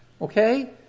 Okay